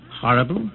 Horrible